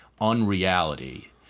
unreality